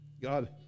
God